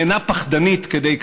/ היא אינה פחדנית כדי-כך."